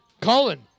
Colin